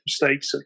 mistakes